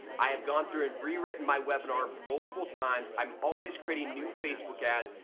i have gone through and rewritten my webinar multiple times. i'm always creating new facebook ads.